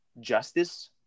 justice